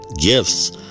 gifts